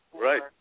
Right